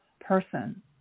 person